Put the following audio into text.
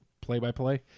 play-by-play